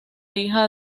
hija